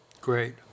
Great